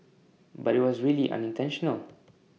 but IT was really unintentional